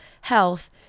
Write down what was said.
health